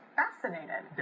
fascinated